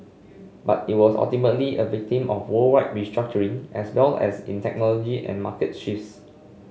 but it was ultimately a victim of worldwide restructuring as well as in technology and market shifts